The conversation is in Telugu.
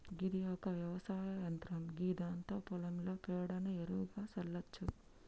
గిది ఒక వ్యవసాయ యంత్రం గిదాంతో పొలంలో పేడను ఎరువుగా సల్లచ్చు